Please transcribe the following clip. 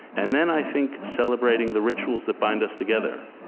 and then, i think, celebrating the rituals that bind us together.